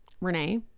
Renee